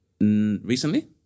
Recently